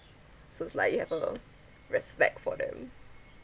so it's like you have a respect for them